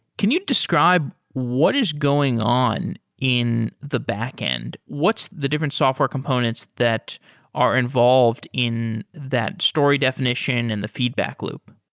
can you describe what is going on in the backend? what's the different software components that are involved in that story definition and feedback loop?